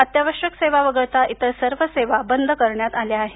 अत्यावश्यक सेवा वगळता इतर सर्व सेवा बंद करण्यात आल्या आहेत